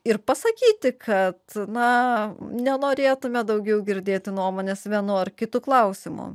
ir pasakyti kad na nenorėtumėme daugiau girdėti nuomonės vienu ar kitu klausimu